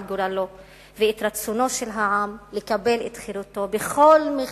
גורלו ואת רצונו של העם לקבל את חירותו בכל מחיר,